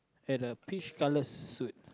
at a peach coloured suit